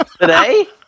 Today